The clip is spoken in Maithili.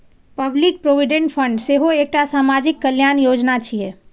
पब्लिक प्रोविडेंट फंड सेहो एकटा सामाजिक कल्याण योजना छियै